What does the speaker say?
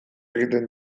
egiten